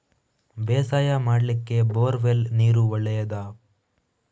ಬೇಸಾಯ ಮಾಡ್ಲಿಕ್ಕೆ bore well ನೀರು ಒಳ್ಳೆಯದಾ?